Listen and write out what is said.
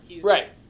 Right